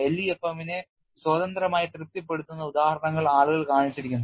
LEFM നെ സ്വതന്ത്രമായി തൃപ്തിപ്പെടുത്തുന്ന ഉദാഹരണങ്ങൾ ആളുകൾ കാണിച്ചിരിക്കുന്നു